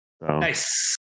nice